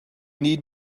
need